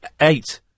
Eight